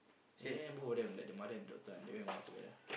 ya ya ya both of them like the mother and daughter they went umrah together